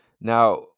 Now